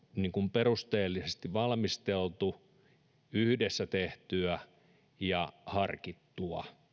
perusteellisesti valmisteltu yhdessä tehty ja harkittu